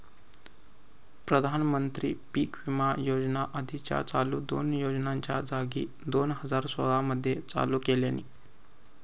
प्रधानमंत्री पीक विमा योजना आधीच्या चालू दोन योजनांच्या जागी दोन हजार सोळा मध्ये चालू केल्यानी